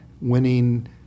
winning